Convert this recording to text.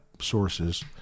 sources